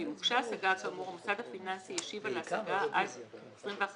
ואם הוגשה השגה כאמור המוסד הפיננסי השיב על ההשגה עד יום ט"ז